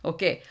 Okay